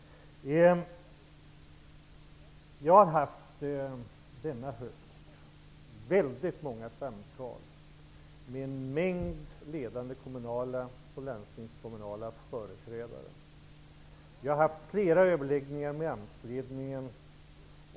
Denna höst har jag fört väldigt många samtal med en mängd ledande kommunala och landstingskommunala företrädare. Jag har haft flera överläggningar med AMS-ledningen.